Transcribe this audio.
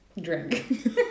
drink